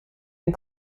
and